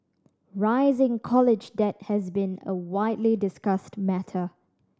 rising college debt has been a widely discussed matter